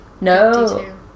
No